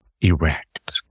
erect